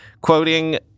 Quoting